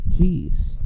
Jeez